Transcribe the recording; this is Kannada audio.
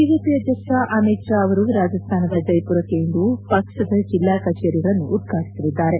ಬಿಜೆಪಿ ಅಧ್ಯಕ್ಷ ಅಮಿತ್ ಷಾ ಅವರು ರಾಜಸ್ತಾನದ ಜೈಮರಕ್ಕೆ ಇಂದು ಪಕ್ಷ ಜಿಲ್ಲಾ ಕಚೇರಿಗಳನ್ನು ಉದ್ರಾಟಿಸಲಿದ್ದಾರೆ